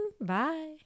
bye